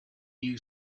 new